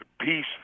peace